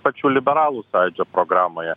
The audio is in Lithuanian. pačių liberalų sąjūdžio programoje